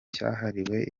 cyahariwe